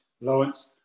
Lawrence